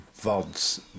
VODs